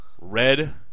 Red